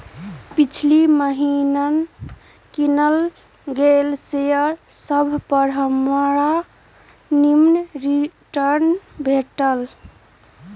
पिछिला महिन्ना किनल गेल शेयर सभपर हमरा निम्मन रिटर्न भेटल